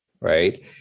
right